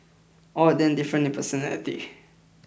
all of them different in personality